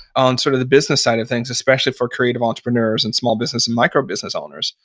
on sort of the business side of things, especially for creative entrepreneurs and small business and micro business owners,